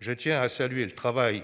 Je tiens à saluer le travail